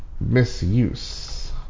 misuse